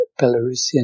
Belarusian